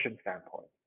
standpoint